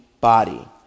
body